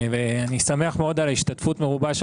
ואני שמח מאוד על ההשתתפות המרובה של